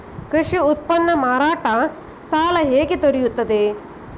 ಕೃಷಿ ಉತ್ಪನ್ನ ಮಾರಾಟ ಸಾಲ ಹೇಗೆ ದೊರೆಯುತ್ತದೆ?